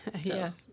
yes